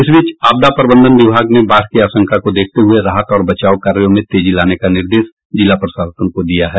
इस बीच आपदा प्रबंधन विभाग ने बाढ़ की आशंका को देखते हुये राहत और बचाव कार्यों में तेजी लाने का निर्देश जिला प्रशासन को दिया है